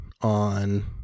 on